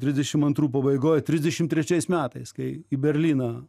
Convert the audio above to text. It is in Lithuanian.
trisdešim antrų pabaigoj trisdešimt trečiais metais kai į berlyną